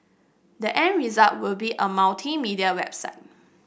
the end result will be a multimedia website